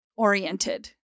oriented